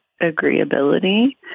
agreeability